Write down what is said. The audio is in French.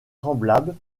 semblables